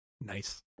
Nice